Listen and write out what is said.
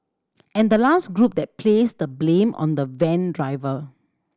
and the last group that placed the blame on the van driver